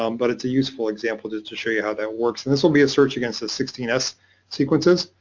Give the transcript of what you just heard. um but it's a useful example just to show you how that works. and this will be a search against the sixteen s sequences.